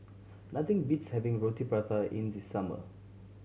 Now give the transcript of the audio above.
nothing beats having Roti Prata in the summer